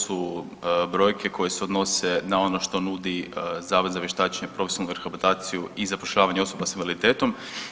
su brojke koje se odnose na ono što nudi Zavod za vještačenje i profesionalnu rehabilitaciju i zapošljavanje osoba s invaliditetom.